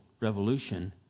revolution